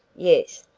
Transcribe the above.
yes,